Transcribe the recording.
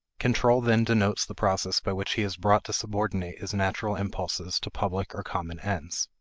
control then denotes the process by which he is brought to subordinate his natural impulses to public or common ends.